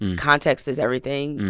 context is everything.